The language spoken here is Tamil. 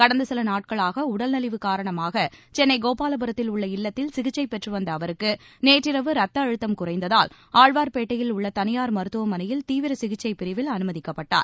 கடந்த சில நாட்களாக உடல்நலிவு காரணமாக சென்னை கோபாலபுரத்தில் உள்ள இல்லத்தில் சிகிச்சை பெற்று வந்த அவருக்கு நேற்றிரவு ரத்த அழுத்தம் குறைந்ததால் ஆழ்வார்பேட்டையில் உள்ள தனியார் மருத்துவமனையில் தீவிர சிகிச்சைப் பிரிவில் அனுமதிக்கப்பட்டார்